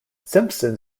simpson